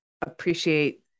appreciate